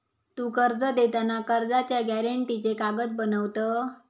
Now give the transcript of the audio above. तु कर्ज देताना कर्जाच्या गॅरेंटीचे कागद बनवत?